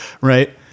Right